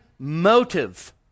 Motive